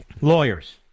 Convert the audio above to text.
lawyers